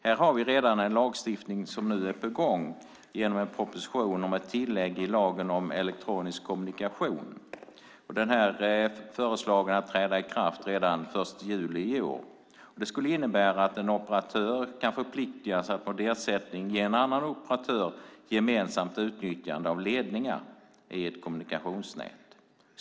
Här har vi redan en lagstiftning på gång genom en proposition om ett tillägg i lagen om elektronisk kommunikation. Den föreslås träda i kraft den 1 juli i år. Det skulle innebära att en operatör kan förpliktas att mot ersättning ge en annan operatör gemensamt utnyttjande av ledningar i ett kommunikationsnät.